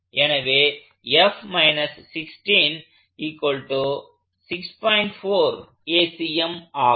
எனவே ஆகும்